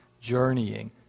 journeying